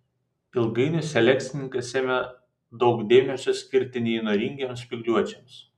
ilgainiui selekcininkas ėmė daug dėmesio skirti neįnoringiems spygliuočiams